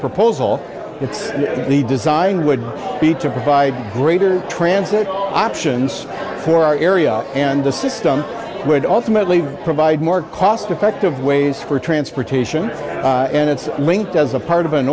proposal it's really designed would be to provide greater transit options for our area and the system would ultimately provide more cost effective ways for transportation and its link as a part of an